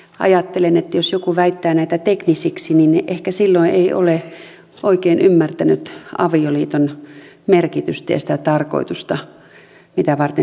ajattelen että jos joku väittää näitä teknisiksi niin ehkä silloin ei ole oikein ymmärtänyt avioliiton merkitystä ja sitä tarkoitusta mitä varten se on alun perin laitettu